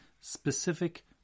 specific